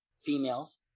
females